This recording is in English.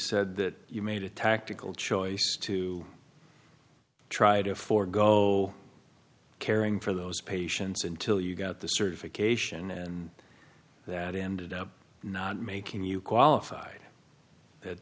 said that you made a tactical choice to try to forego caring for those patients until you got the certification and that ended up not making you qualified that